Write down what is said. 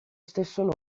stesso